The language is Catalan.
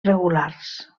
regulars